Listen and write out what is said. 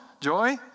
Joy